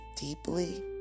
deeply